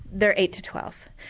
they are eight to twelve.